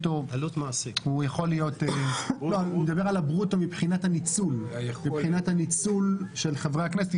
אני מדבר על הברוטו מבחינת הניצול של חברי הכנסת,